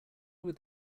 would